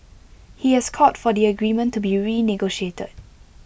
he has called for the agreement to be renegotiated